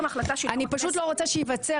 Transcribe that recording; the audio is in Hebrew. אני פשוט לא רוצה שייווצר,